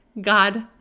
god